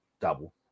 double